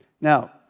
Now